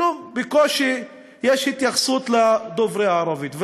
כלום, בקושי יש התייחסות לדוברי הערבית.